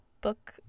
book